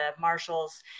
Marshals